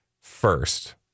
first